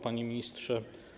Panie Ministrze!